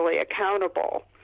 accountable